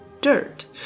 dirt